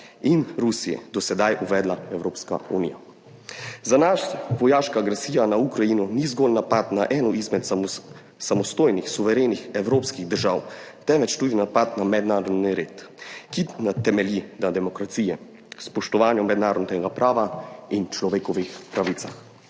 in Rusiji do sedaj uvedla Evropska unija. Za nas vojaška agresija na Ukrajino ni zgolj napad na eno izmed samostojnih suverenih evropskih držav, temveč tudi napad na mednarodni red, ki temelji na demokracije, spoštovanju mednarodnega prava in človekovih pravicah.